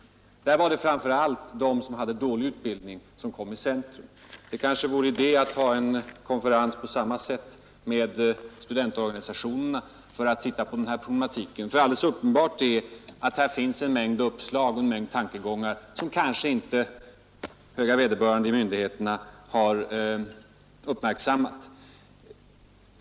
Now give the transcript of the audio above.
Vid denna konferens stod framför allt de ungdomar som har dålig utbildning i centrum. Det kanske vore idé att ha en motsvarande konferens med studentorganisationerna. Alldeles uppenbart är att här finns en mängd uppslag och tankegångar som höga vederbörande kanske inte har uppmärksammat.